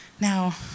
Now